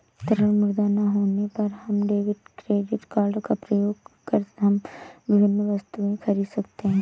तरल मुद्रा ना होने पर हम डेबिट क्रेडिट कार्ड का प्रयोग कर हम विभिन्न वस्तुएँ खरीद सकते हैं